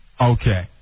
Okay